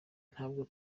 ntabwo